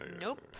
Nope